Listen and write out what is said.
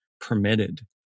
permitted